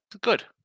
good